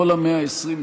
כל ה-120,